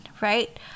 right